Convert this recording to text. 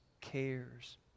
cares